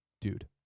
dude